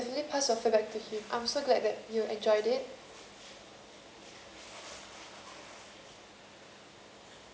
yes we'll definitely pass your feedback to him I'm so glad that you enjoyed it